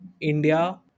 India